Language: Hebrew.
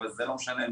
אבל לא משנה,